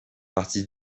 partie